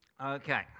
Okay